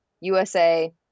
USA